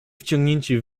wciągnięci